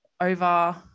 over